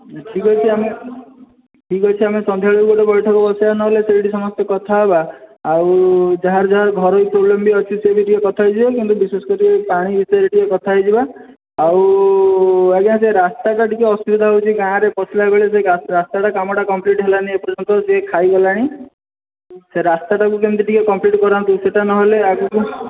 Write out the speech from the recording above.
ଠିକ୍ ଅଛି ଆମେ ଠିକ୍ ଅଛି ଆମେ ସନ୍ଧ୍ୟା ବେଳେ ଗୋଟେ ବୈଠକ ବସାଇବା ନହେଲେ ସେହିଠି ସମସ୍ତେ କଥା ହେବା ଆଉ ଯାହାର ଯାହାର ଘରୋଇ ପ୍ରୋବ୍ଲେମ ବି ଅଛି ସେହିଠି ଟିକେ କଥା ହୋଇଯିବା କିନ୍ତୁ ବିଶେଷକରି ପାଣି ବିଷୟରେ ଟିକେ କଥା ହୋଇଯିବା ଆଉ ଆଜ୍ଞା ସେ ରାସ୍ତାଟା ଟିକେ ଅସୁବିଧା ହେଉଛି ଗାଁରେ ପଶିଲା ବେଳକୁ ରାସ୍ତାଟା କାମଟା କମ୍ପ୍ଲିଟ ହେଲାନି ଏ ପର୍ଯ୍ୟନ୍ତ ସେ ଖାଇ ଗଲାଣି ସେ ରାସ୍ତାଟାକୁ କେମିତି ଟିକେ କମ୍ପ୍ଲିଟ କରାନ୍ତୁ ସେହିଟା ନହେଲେ ଆଗକୁ